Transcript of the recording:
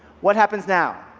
what happens now?